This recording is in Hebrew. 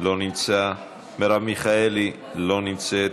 לא נמצא, מרב מיכאלי, לא נמצאת,